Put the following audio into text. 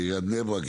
בעיריית בני ברק.